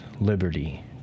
liberty